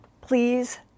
please